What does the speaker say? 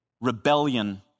rebellion